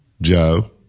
Joe